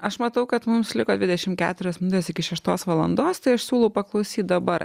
aš matau kad mums liko dvidešim keturias minutės iki šeštos valandos tai aš siūlau paklausyt dabar